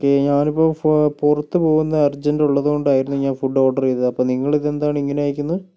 okay ഞാനിപ്പോൾ പുറത്തു പോകുന്ന അർജന്റ് ഉള്ളതു കൊണ്ടായിരുന്നു ഞാൻ ഫുഡ് ഓർഡർ ചെയ്തത് അപ്പോൾ നിങ്ങളിതെന്താണ് ഇങ്ങനെ അയക്കുന്നത്